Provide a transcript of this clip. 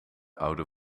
oude